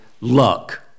luck